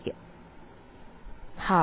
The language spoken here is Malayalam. വിദ്യാർത്ഥി 12